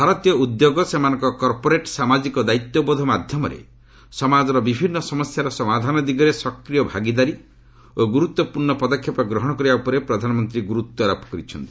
ଭାରତୀୟ ଉଦ୍ୟୋଗ ସେମାନଙ୍କ କର୍ପୋରେଟ୍ ସାମାଜିକ ଦାୟିତ୍ୱବୋଧ ମାଧ୍ୟମରେ ସମାଜର ବିଭିନ୍ନ ସମସ୍ୟାର ସମାଧାନ ଦିଗରେ ସକ୍ରିୟ ଭାଗିଦାରୀ ଓ ଗୁରୁତ୍ୱପୂର୍ଣ୍ଣ ପଦକ୍ଷେପ ଗ୍ରହଣ କରିବା ଉପରେ ପ୍ରଧାନମନ୍ତ୍ରୀ ଗୁରୁତ୍ୱାରୋପ କରିଛନ୍ତି